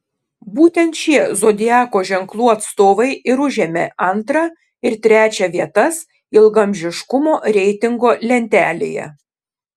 būtent šie zodiako ženklų atstovai ir užėmė antrą ir trečią vietas ilgaamžiškumo reitingo lentelėje